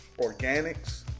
Organics